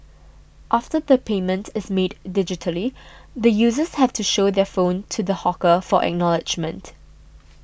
after the payment is made digitally the users have to show their phone to the hawker for acknowledgement